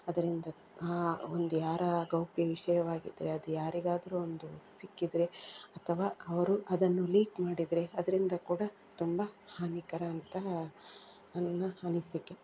ಅದರಿಂದ ಹಾಂ ಒಂದು ಯಾರು ಗೌಪ್ಯ ವಿಷಯವಾಗಿದ್ದರೆ ಅದು ಯಾರಿಗಾದರೂ ಒಂದು ಸಿಕ್ಕಿದರೆ ಅಥವಾ ಅವರು ಅದನ್ನು ಲೀಕ್ ಮಾಡಿದರೆ ಅದರಿಂದ ಕೂಡ ತುಂಬ ಹಾನಿಕರ ಅಂತ ನನ್ನ ಅನಿಸಿಕೆ